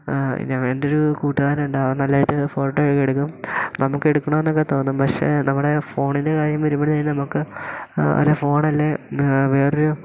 പിന്നെ എൻ്റെ ഒരു കൂട്ടുകാരൻ ഉണ്ട് അവൻ നല്ലതായിട്ട് ഫോട്ടോ ഒക്കെ എടുക്കും നമുക്ക് എടുക്കണം എന്നൊക്കെ തോന്നും പക്ഷെ നമ്മുടെ ഫോണിൻ്റെ കാര്യം വരുമ്പഴത്തേക്കും നമുക്ക് അല്ല ഫോണല്ലേ വേറൊരു